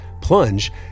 plunge